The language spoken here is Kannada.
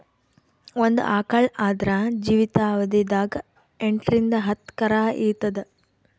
ಒಂದ್ ಆಕಳ್ ಆದ್ರ ಜೀವಿತಾವಧಿ ದಾಗ್ ಎಂಟರಿಂದ್ ಹತ್ತ್ ಕರಾ ಈತದ್